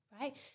right